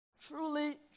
Truly